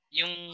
yung